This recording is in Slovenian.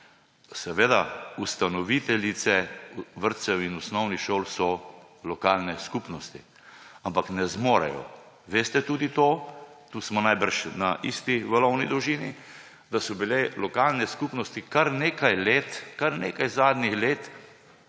Seveda so ustanoviteljice vrtcev in osnovnih šol lokalne skupnosti, ampak ne zmorejo. Veste tudi to, tu smo najbrž na isti valovni dolžini, da so bile lokalne skupnosti kar nekaj let, kar nekaj zadnjih let